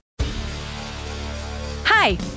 Hi